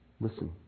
Listen